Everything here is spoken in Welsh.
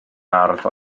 ardd